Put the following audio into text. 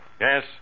Yes